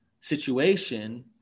situation